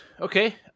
okay